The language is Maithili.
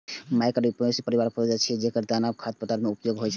मकइ पोएसी परिवार के पौधा छियै, जेकर दानाक खाद्य रूप मे उपयोग होइ छै